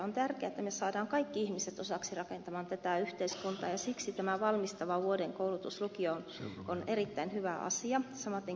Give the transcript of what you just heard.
on tärkeää että me saamme kaikki ihmiset osaksi rakentamaan tätä yhteiskuntaa ja siksi tämä valmistava vuoden koulutus lukioon on erittäin hyvä asia samaten kielikoulutukseen panostaminen